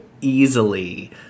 easily